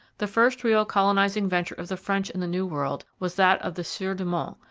the first real colonizing venture of the french in the new world was that of the sieur de monts,